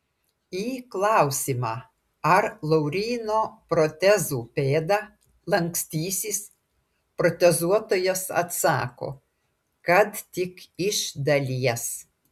į klausimą ar lauryno protezų pėda lankstysis protezuotojas atsako kad tik iš dalies